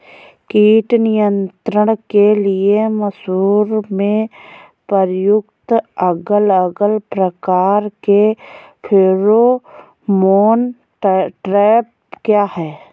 कीट नियंत्रण के लिए मसूर में प्रयुक्त अलग अलग प्रकार के फेरोमोन ट्रैप क्या है?